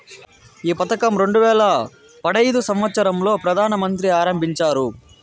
ఈ పథకం రెండు వేల పడైదు సంవచ్చరం లో ప్రధాన మంత్రి ఆరంభించారు